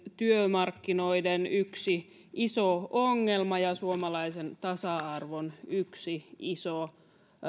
työmarkkinoiden iso ongelma ja yksi suomalaisen tasa arvon iso